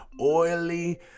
oily